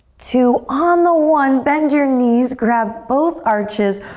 two, on the one bend your knees, grab both arches,